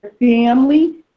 family